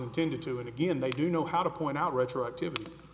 intended to and again that you know how to point out retroactive